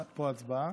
יש פה הצבעה.